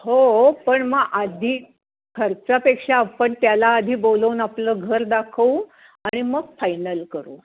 हो पण मग आधी खर्चापेक्षा आपण त्याला आधी बोलवून आपलं घर दाखवू आणि मग फायनल करू